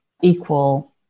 equal